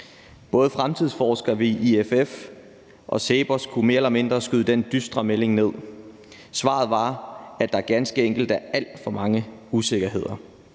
Både fremtidsforskere ved IFF og CEPOS kunne mere eller mindre skyde den dystre melding ned. Svaret var, at der ganske enkelt er alt for mange usikkerheder